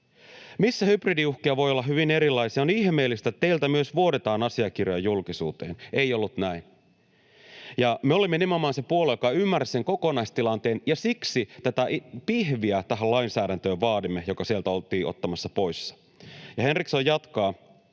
missä hybridiuhkia voi olla hyvin erilaisia, ja on ihmeellistä, että teiltä myös vuodetaan asiakirjoja julkisuuteen.” — Ei ollut näin. Me olemme nimenomaan se puolue, joka ymmärsi sen kokonaistilanteen, ja siksi tähän lainsäädäntöön vaadimme tätä pihviä, joka sieltä oltiin ottamassa pois. — Ja Henriksson jatkaa: